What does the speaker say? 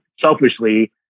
selfishly